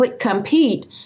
compete